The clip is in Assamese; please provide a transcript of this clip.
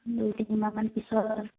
দুই তিনিমাহমান পিছত